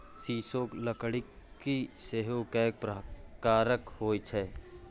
सीसोक लकड़की सेहो कैक प्रकारक होए छै